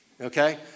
Okay